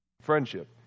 Friendship